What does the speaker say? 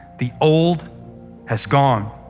the old has gone